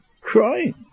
Crying